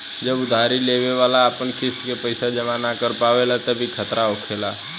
जब उधारी लेवे वाला अपन किस्त के पैसा जमा न कर पावेला तब ई खतरा होखेला